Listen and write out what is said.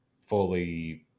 fully